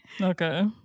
okay